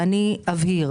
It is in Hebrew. אני אבהיר.